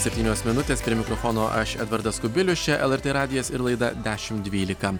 septynios minutės prie mikrofono aš edvardas kubilius čia lrt radijas ir laida dešimt dvylika